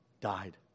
died